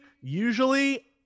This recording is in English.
usually